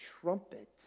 trumpet